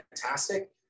fantastic